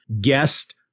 guest